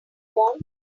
want